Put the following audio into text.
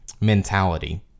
mentality